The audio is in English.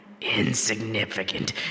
insignificant